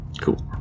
cool